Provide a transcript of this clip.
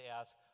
ask